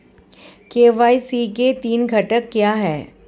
KYC के तीन घटक क्या हैं?